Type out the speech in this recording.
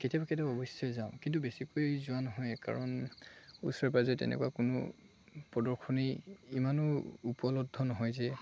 কেতিয়াবা কেতিয়াব অৱশ্যে যাওঁ কিন্তু বেছিকৈ যোৱা নহয় কাৰণ ওচৰে পাঁজৰে তেনেকুৱা কোনো প্ৰদৰ্শনী ইমানো উপলব্ধ নহয় যে